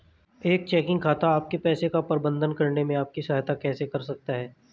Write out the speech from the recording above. एक चेकिंग खाता आपके पैसे का प्रबंधन करने में आपकी सहायता कैसे कर सकता है?